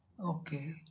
Okay